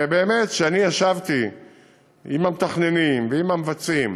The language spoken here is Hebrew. באמת, כשאני ישבתי עם המתכננים ועם המבצעים,